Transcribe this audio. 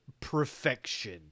perfection